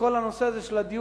בכל הנושא הזה של הדיור.